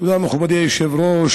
תודה, מכובדי היושב-ראש.